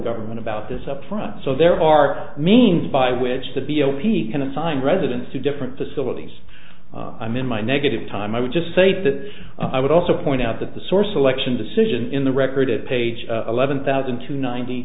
government about this upfront so there are means by which the b o p s can assign residents to different facilities i'm in my negative time i would just say that i would also point out that the source election decision in the record at page eleven thousand to ninety